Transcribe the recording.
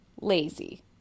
Lazy